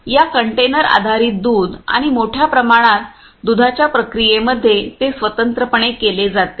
या कंटेनरवर आधारित दूध आणि मोठ्या प्रमाणात दुधाच्या प्रक्रियेमध्ये ते स्वतंत्रपणे केले जाते